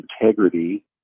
integrity